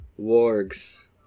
Wargs